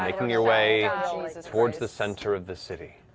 making your way towards the center of the city.